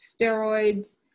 steroids